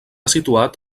situat